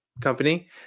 Company